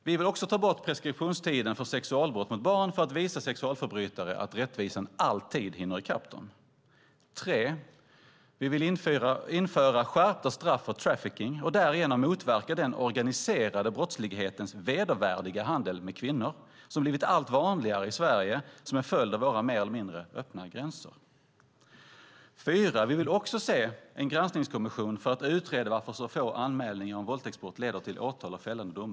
Vi vill ta bort preskriptionstiden för sexualbrott mot barn för att visa sexualförbrytare att rättvisan alltid hinner i kapp dem. 3. Vi vill införa skärpta straff för trafficking och därigenom motverka den organiserade brottslighetens vedervärdiga handel med kvinnor som blivit allt vanligare i Sverige som en följd av våra mer eller mindre öppna gränser. 4. Vi vill se en granskningskommission för att utreda varför så få anmälningar om våldtäktsbrott leder till åtal och fällande domar.